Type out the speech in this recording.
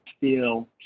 feel